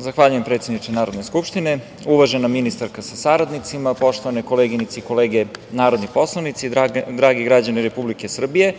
Zahvaljujem, predsedniče Narodne skupštine. Uvažena ministarko sa saradnicima, poštovane koleginice i kolege narodni poslanici, dragi građani Republike Srbije,